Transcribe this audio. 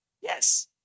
Yes